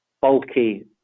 bulky